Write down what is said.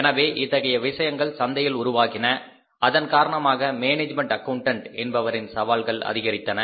எனவே இத்தகைய விஷயங்கள் சந்தையில் உருவாகின அதன் காரணமாக மேனேஜ்மெண்ட் அக்கௌன்டன்ட் என்பவரின் சவால்கள் அதிகரித்தன